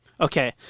Okay